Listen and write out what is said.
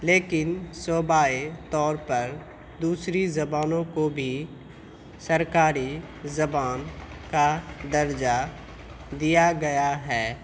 لیکن صوبائی طور پر دوسری زبانوں کو بھی سرکاری زبان کا درجہ دیا گیا ہے